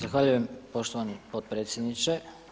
Zahvaljujem poštovani potpredsjedniče.